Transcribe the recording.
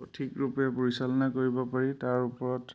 সঠিকৰূপে পৰিচালনা কৰিব পাৰি তাৰ ওপৰত